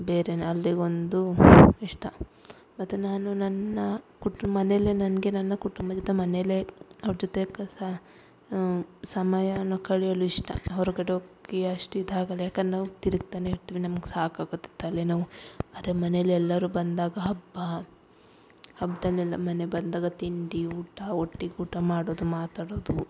ಬೇರೆನೆ ಅಲ್ಲಿಗೊಂದು ಇಷ್ಟ ಮತ್ತೆ ನಾನು ನನ್ನ ಕುಟು ಮನೆಲೆ ನನಗೆ ನನ್ನ ಕುಟುಂಬದ ಜೊತೆ ಮನೆಲೆ ಅವ್ರ ಜೊತೆ ಕ ಸ ಸಮಯನು ಕಳೆಯಲು ಇಷ್ಟ ಹೊರಗಡೆ ಹೋಗಿ ಅಷ್ಟು ಇದು ಆಗಲ್ಲ ಯಾಕಂದರೆ ನಾವು ತಿರುಗ್ತಾನೆ ಇರ್ತೀವಿ ನಮ್ಗೆ ಸಾಕಾಗುತ್ತೆ ತಲೆನೋವು ಆದರೆ ಮನೆಯಲ್ಲಿ ಎಲ್ಲರು ಬಂದಾಗ ಹಬ್ಬ ಹಬ್ಬದಲ್ಲೆಲ್ಲ ಮನೆ ಬಂದಾಗ ತಿಂಡಿ ಊಟ ಒಟ್ಟಿಗೆ ಊಟ ಮಾಡೋದು ಮಾತಾಡೋದು